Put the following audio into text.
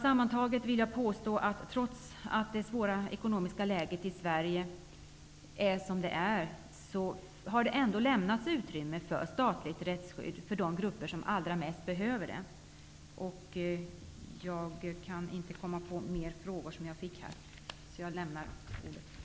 Sammantaget vill jag påstå att det trots det svåra ekonomiska läget i Sverige ändå har lämnats utrymme för ett statligt rättsskydd för de grupper som allra mest behöver det. Eftersom jag inte kan komma på flera frågor som jag har fått att besvara, avslutar jag detta inlägg.